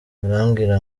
barambwira